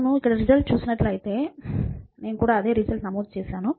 మీరు ఇక్కడ రిజల్ట్ చూసినట్లయితే నేను కూడా అదే రిజల్ట్ నమోదు చేసాను